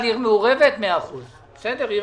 חבר הכנסת גדעון סער, היית שר בכיר